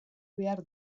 behar